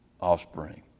offspring